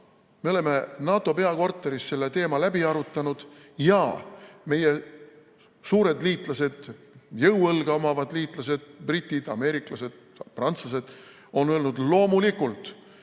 me oleme NATO peakorteris selle teema läbi arutanud, jaa, meie suured liitlased, jõuõlga omavad liitlased – britid, ameeriklased, prantslased – on öelnud, et loomulikult,